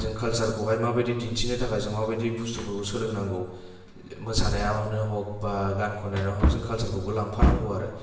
जो खालसारखौहाय माबायदि दिन्थिनो थाखाय माबायदि बुस्टुफोरखौ सोलोंनांगौ मोसानायानो हग बा गान खननायानो हग जों खलसारखौबो लांफानांगौ आरो